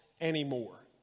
anymore